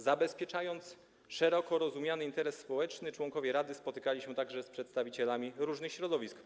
Zabezpieczając szeroko rozumiany interes społeczny, członkowie rady spotykali się także z przedstawicielami różnych środowisk.